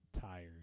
tired